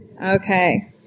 Okay